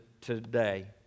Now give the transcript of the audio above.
today